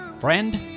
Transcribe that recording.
Friend